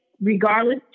regardless